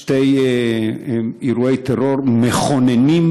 שני אירועי טרור מכוננים,